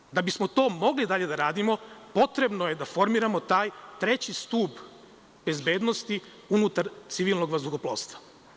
Dakle, da bismo to mogli dalje da radimo, potrebno je da formiramo taj treći stub bezbednosti unutar civilnog vazduhoplovstva.